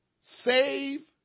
Save